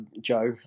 Joe